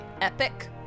epic